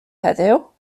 heddiw